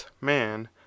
man